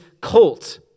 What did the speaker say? cult